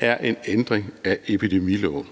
er en ændring af epidemiloven.